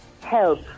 Help